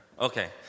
Okay